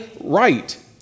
right